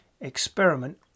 Experiment